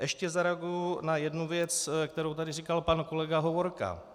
Ještě zareaguji na jednu věc, kterou tady říkal pan kolega Hovorka.